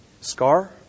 scar